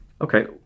Okay